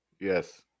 Yes